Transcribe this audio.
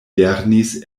lernis